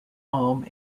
home